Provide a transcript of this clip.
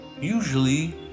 Usually